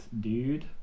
dude